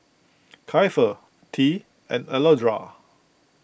Kiefer Tea and Alondra